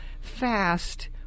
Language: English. fast